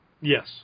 Yes